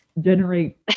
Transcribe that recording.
generate